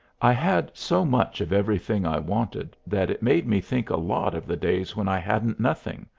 i had so much of everything i wanted that it made me think a lot of the days when i hadn't nothing,